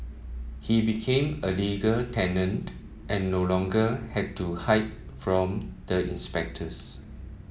he became a legal tenant and no longer had to hide from the inspectors